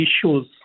issues